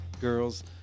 girls